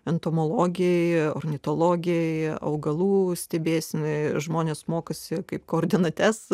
entomologė ornitologė augalų stebėsena žmonės mokosi kaip koordinates